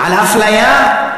על אפליה?